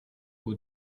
può